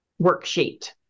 Worksheet